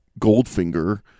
goldfinger